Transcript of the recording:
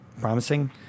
promising